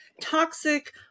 toxic